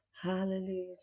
Hallelujah